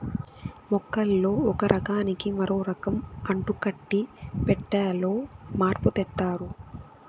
మొక్కల్లో ఒక రకానికి మరో రకం అంటుకట్టి పెట్టాలో మార్పు తెత్తారు